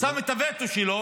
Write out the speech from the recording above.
שם את הווטו שלו.